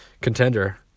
contender